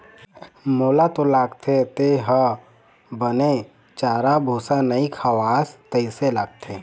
मोला तो लगथे तेंहा बने चारा भूसा नइ खवास तइसे लगथे